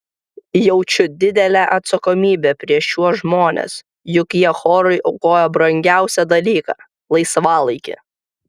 jaučiu didelę atsakomybę prieš šiuos žmones juk jie chorui aukoja brangiausią dalyką laisvalaikį